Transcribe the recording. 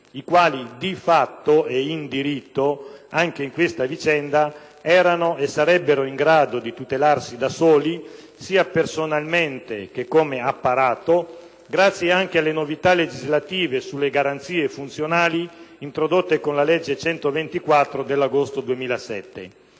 i quali, di fatto e in diritto, anche in questa vicenda, erano e sarebbero in grado di tutelarsi da soli sia personalmente che come apparato, grazie anche alle novità legislative sulle garanzie funzionali introdotte con la legge 124 dell'agosto 2007.